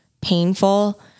painful